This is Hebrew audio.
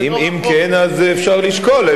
אם כן, אז אפשר לשקול.